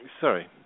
Sorry